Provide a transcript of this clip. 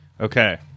Okay